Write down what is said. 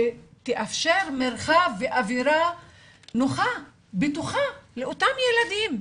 שתאפשר מרחב ואווירה נוחה ובטוחה לאותם הילדים.